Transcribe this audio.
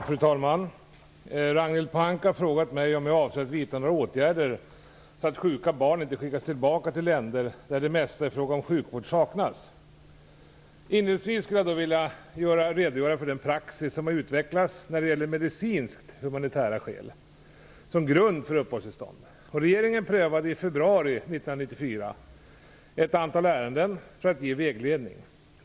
Fru talman! Ragnhild Pohanka har frågat mig om jag avser att vidta några åtgärder så att sjuka barn inte skickas tillbaka till länder där det mesta i fråga om sjukvård saknas. Inledningsvis vill jag redogöra för den praxis som utvecklats när det gäller medicinskt humanitära skäl som grund för uppehållstillstånd. Regeringen prövade i februari 1994 ett antal ärenden för att ge vägledning.